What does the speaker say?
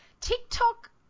TikTok